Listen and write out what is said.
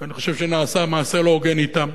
כי אני חושב שנעשה מעשה לא הוגן אתם.